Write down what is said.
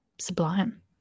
sublime